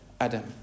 Adam